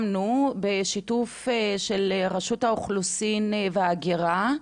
בשיתוף עם רשות האוכלוסין וההגירה,